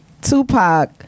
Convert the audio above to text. Tupac